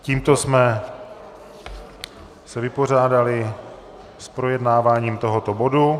Tímto jsme se vypořádali s projednáváním tohoto bodu.